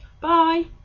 Bye